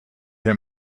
him